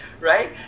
right